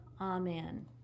Amen